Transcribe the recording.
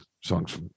songs